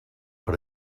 per